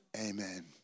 amen